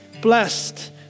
blessed